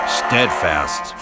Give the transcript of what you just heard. steadfast